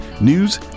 news